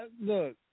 Look